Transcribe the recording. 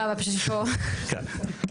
כן.